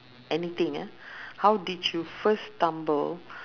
anything ah how did you first stumble